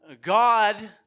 God